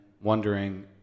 wondering